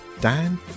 Dan